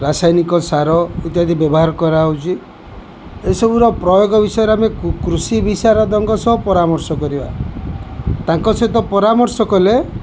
ରାସାୟନିକ ସାର ଇତ୍ୟାଦି ବ୍ୟବହାର କରାହଉଚି ଏସବୁର ପ୍ରୟୋଗ ବିଷୟରେ ଆମେ କୃଷି ବିଷୟର ଦାମର୍ଶ କରିବା ତାଙ୍କ ସହିତ ପରାମର୍ଶ କଲେ